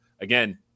Again